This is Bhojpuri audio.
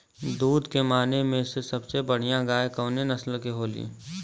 दुध के माने मे सबसे बढ़ियां गाय कवने नस्ल के होली?